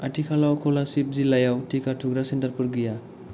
आथिखालाव क'लासिब जिल्लायाव टिका थुग्रा सेन्टारफोर गैया